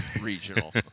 regional